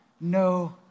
no